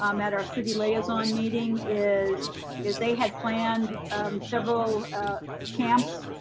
um at our city liaison meeting is is they had planned several camps.